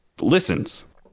listens